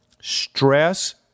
Stress